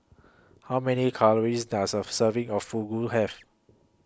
How Many Calories Does A Serving of Fugu Have